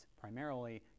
primarily